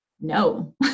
No